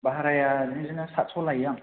भाराया बिदिनो सातस' लायो आं